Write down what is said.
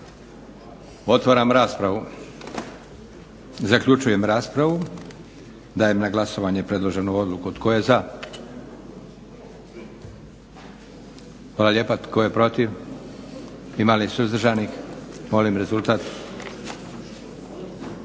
Otvaram raspravu. Zaključujem raspravu. Dajem na glasovanje predloženu odluku. Tko je za? Hvala lijepa. Tko je protiv? Ima li suzdržanih? Molim rezultat.